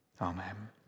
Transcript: Amen